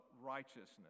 righteousness